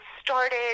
started